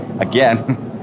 again